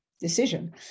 decision